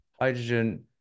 hydrogen